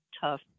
tough